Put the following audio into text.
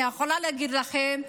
אני יכולה להגיד לכם,